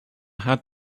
had